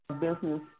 Business